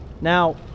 Now